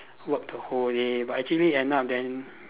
work the whole day but actually end up then